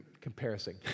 Comparison